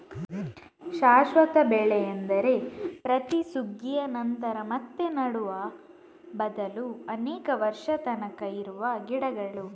ಶಾಶ್ವತ ಬೆಳೆ ಎಂದರೆ ಪ್ರತಿ ಸುಗ್ಗಿಯ ನಂತರ ಮತ್ತೆ ನೆಡುವ ಬದಲು ಅನೇಕ ವರ್ಷದ ತನಕ ಇರುವ ಗಿಡಗಳು